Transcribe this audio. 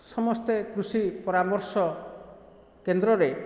ସମସ୍ତେ କୃଷି ପରାମର୍ଶ କେନ୍ଦ୍ରରେ